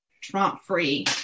Trump-Free